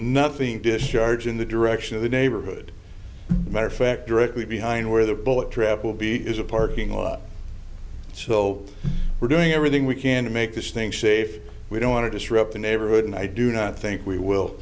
nothing discharge in the direction of the neighborhood matter fact directly behind where the bullet trap will be is a parking lot so we're doing everything we can to make this thing safe we don't want to disrupt the neighborhood and i do not think we will